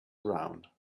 around